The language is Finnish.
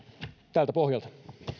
tältä pohjalta tältä